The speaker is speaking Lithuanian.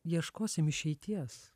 ieškosim išeities